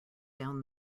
down